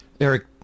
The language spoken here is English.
eric